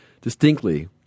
distinctly